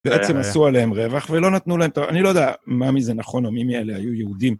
בעצם עשו עליהם רווח ולא נתנו להם טוב, אני לא יודע מה מזה נכון, או מי מאלה היו יהודים.